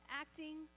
acting